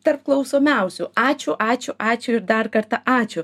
tarp klausomiausių ačiū ačiū ačiū ir dar kartą ačiū